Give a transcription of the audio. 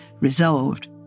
resolved